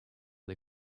des